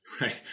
Right